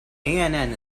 ann